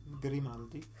Grimaldi